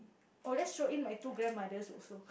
oh let's throw in my two grandmothers also